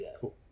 cool